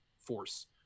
force